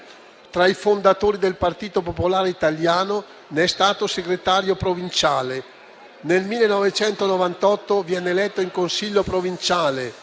Tra i fondatori del Partito Popolare Italiano, ne è stato segretario provinciale. Nel 1998 viene eletto in Consiglio provinciale,